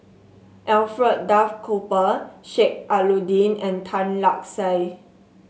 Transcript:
Alfred Duff Cooper Sheik Alau'ddin and Tan Lark Sye